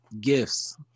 gifts